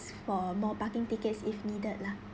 for more parking tickets if needed lah